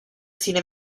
cine